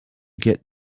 get